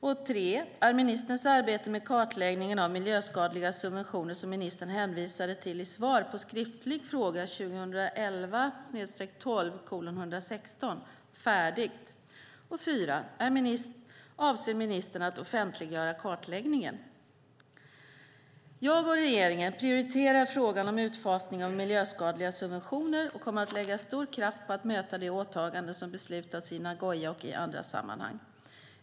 Är ministerns arbete med kartläggningen av miljöskadliga subventioner som ministern hänvisade till i svar på skriftlig fråga 2011/12:166 färdigt? Avser ministern att offentliggöra kartläggningen? Jag och regeringen prioriterar frågan om utfasning av miljöskadliga subventioner och kommer att lägga stor kraft på att möta de åtaganden som beslutats i Nagoya och i andra sammanhang.